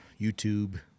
YouTube